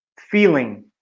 Feeling